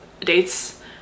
Dates